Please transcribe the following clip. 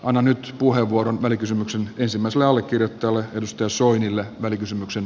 annan nyt puheenvuoron välikysymyksen ensimmäiselle allekirjoittajalle edustaja soinille välikysymyksen